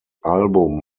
album